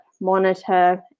monitor